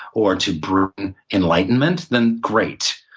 or to bring enlightenment, then great,